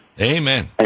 Amen